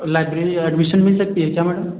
library admission मिल सकती है क्या मैडम